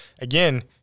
again